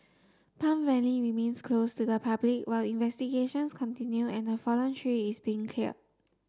Palm Valley remains closed to the public while investigations continue and the fallen tree is being care